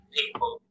people